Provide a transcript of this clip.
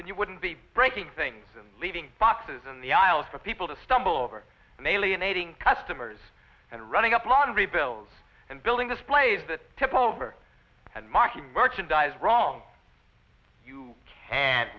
then you wouldn't be breaking things and leaving boxes in the aisles for people to stumble over and alienating customers and running up laundry bills and building displays that tipped over and marking merchandise wrong you can't